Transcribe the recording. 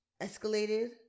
escalated